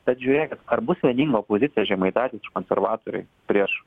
bet žiūrėkit ar bus vieninga opozicija žemaitaitis ir konservatoriai prieš